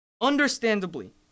understandably